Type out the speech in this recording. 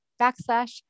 backslash